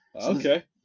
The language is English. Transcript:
Okay